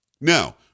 Now